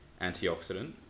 antioxidant